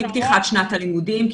מפתיחת שנת הלימודים.